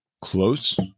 close